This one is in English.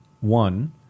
One